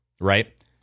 right